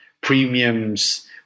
premiums